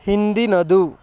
ಹಿಂದಿನದು